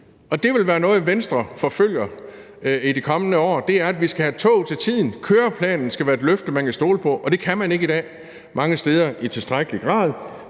det vil være noget, som Venstre forfølger i det kommende år, nemlig at vi skal have tog til tiden, køreplanen skal være et løfte, man kan stole på, og det kan man mange steder ikke i dag i tilstrækkelig grad.